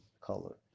color